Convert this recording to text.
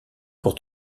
pour